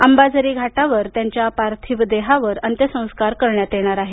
अंबाझरी घाटावर त्यांच्या पार्थिव देहावर अंत्यसंस्कार करण्यात येणार आहेत